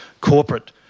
corporate